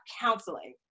counseling